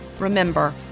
Remember